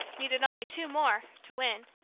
needed only two more to win.